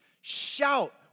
shout